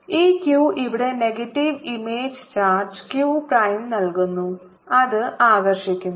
ഈ q ഇവിടെ negative image charge q prime നൽകുന്നു അത് ആകർഷിക്കുന്നു